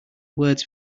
words